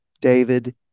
David